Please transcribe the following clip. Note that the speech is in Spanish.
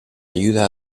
ayuda